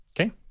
Okay